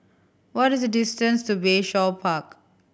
what is the distance to Bayshore Park